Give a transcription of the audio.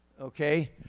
okay